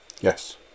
Yes